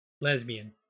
lesbian